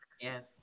Yes